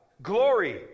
Glory